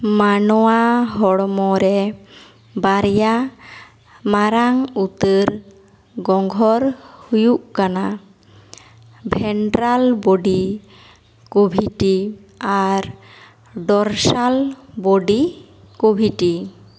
ᱢᱟᱱᱣᱟ ᱦᱚᱲᱢᱚ ᱨᱮ ᱵᱟᱨᱭᱟ ᱢᱟᱨᱟᱝ ᱩᱛᱟᱹᱨ ᱜᱚᱸᱜᱷᱚᱨ ᱦᱩᱭᱩᱜ ᱠᱟᱱᱟ ᱵᱷᱮᱱᱴᱨᱟᱞ ᱵᱳᱰᱤ ᱠᱳᱵᱷᱤᱴᱤ ᱟᱨ ᱰᱚᱨᱥᱟᱞ ᱵᱳᱰᱤ ᱠᱳᱵᱷᱤᱴᱤ